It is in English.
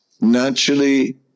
naturally